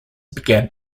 began